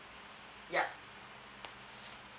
yup